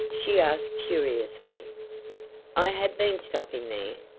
she asked curiously i have been stopping there,